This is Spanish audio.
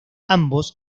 ambos